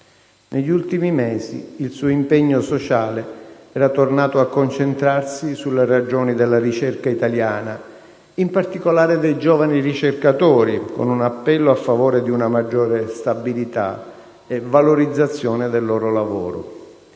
Negli ultimi mesi il suo impegno sociale era tornato a concentrarsi sulle ragioni della ricerca italiana, in particolare dei giovani ricercatori, con un appello a favore di una maggiore stabilità e valorizzazione del loro lavoro